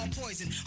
poison